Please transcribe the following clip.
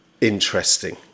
interesting